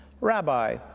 Rabbi